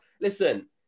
Listen